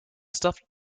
stuffed